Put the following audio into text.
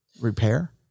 repair